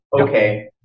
okay